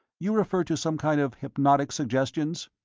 you refer to some kind of hypnotic suggestions?